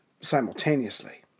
simultaneously